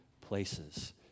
places